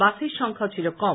বাসের সংখ্যাও ছিল কম